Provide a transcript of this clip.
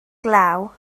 glaw